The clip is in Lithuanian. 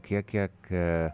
kiek kiek